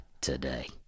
today